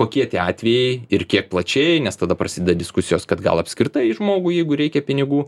kokie tie atvejai ir kiek plačiai nes tada prasideda diskusijos kad gal apskritai žmogų jeigu reikia pinigų